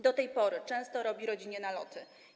Do tej pory często robi rodzinie naloty.